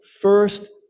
first